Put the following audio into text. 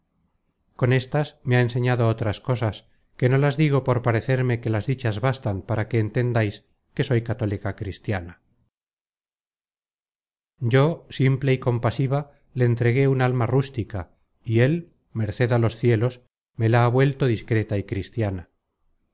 con éstas me ha enseñado otras cosas que no las digo por parecerme que las dichas bastan para que entendais que soy católica cristiana yo simple y compasiva le entregué un alma rústica y él merced á los cielos me la ha vuelto discreta y cristiana